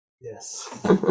Yes